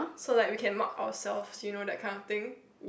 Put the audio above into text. so like we can mark ourselves you know that kind of thing